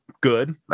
good